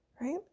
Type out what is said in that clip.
right